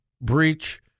Breach